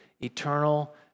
eternal